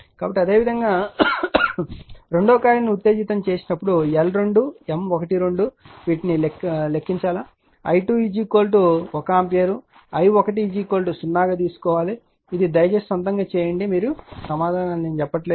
కాబట్టి అదేవిధంగా కాయిల్ 2 ను ఉత్తేజితం చేసినప్పుడు L2 M12 లను లెక్కించాలి i2 1 ఆంపియర్ను మరియు i1 0 గా తీసుకోవాలి ఇది దయచేసి స్వంతంగా చేయండి సమాధానాలు ఇవ్వలేదు